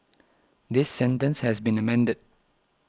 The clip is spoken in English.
this sentence has been amended